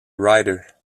writer